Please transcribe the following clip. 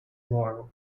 world